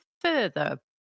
further